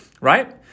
Right